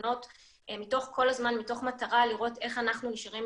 פתרונות כל הזמן מתוך מטרה לראות איך אנחנו נשארים,